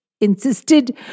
insisted